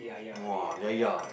!wah! yaya